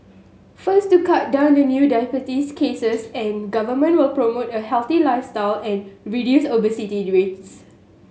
first to cut down on new diabetes cases and Government will promote a healthy lifestyle and reduce obesity rates